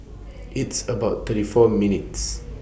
It's about thirty four minutes'